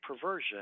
perversion